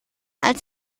als